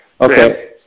Okay